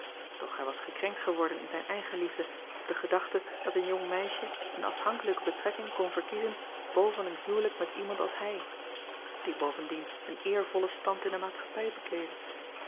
doch hij was gekrenkt geworden in zijn eigenliefde op de gedachte dat een jong meisje een afhankelijke betrekking kon verkiezen boven een huwelijk met iemand als hij die bovendien een eervollen stand in de maatschappij bekleedde